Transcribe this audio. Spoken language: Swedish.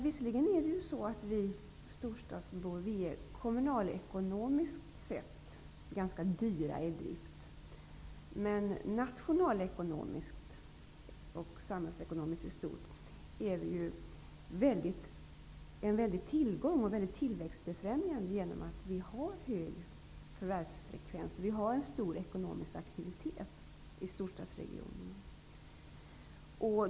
Visserligen är vi storstadsbor kommunalekonomiskt sett ganska dyra i drift, men nationalekonomiskt och samhällsekonomiskt i stort är vi ju en väldig tillgång och mycket tillväxtbefrämjande. Vi har hög förvärvsfrekvens. Vi har en stor ekonomisk aktivitet.